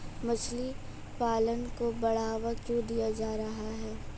मछली पालन को बढ़ावा क्यों दिया जा रहा है?